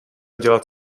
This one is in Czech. dělat